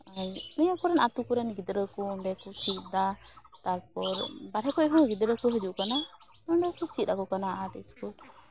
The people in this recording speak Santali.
ᱟᱨ ᱱᱤᱭᱟᱹ ᱠᱚᱨᱮᱱ ᱟᱛᱳ ᱠᱚᱨᱮᱱ ᱜᱤᱫᱽᱨᱟᱹ ᱠᱚ ᱚᱸᱰᱮ ᱠᱚ ᱪᱮᱫ ᱫᱟ ᱛᱟᱨᱯᱚᱨ ᱵᱟᱦᱨᱮ ᱠᱷᱚᱡ ᱦᱚᱸ ᱜᱤᱫᱽᱨᱟᱹ ᱠᱚ ᱦᱤᱡᱩᱜ ᱠᱟᱱᱟ ᱚᱸᱰᱮ ᱠᱚ ᱪᱮᱫ ᱟᱠᱚ ᱠᱟᱱᱟ ᱟᱨᱴ ᱥᱠᱩᱞ